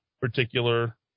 particular